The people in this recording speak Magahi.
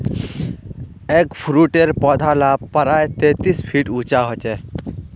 एगफ्रूटेर पौधा ला प्रायः तेतीस फीट उंचा होचे